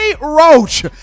roach